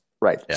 right